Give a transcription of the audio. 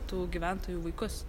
tų gyventojų vaikus